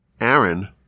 Aaron